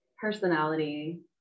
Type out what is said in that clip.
personality